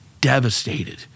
devastated